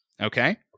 Okay